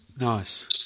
Nice